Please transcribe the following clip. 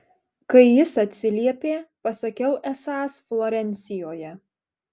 kai jis atsiliepė pasakiau esąs florencijoje